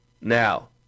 Now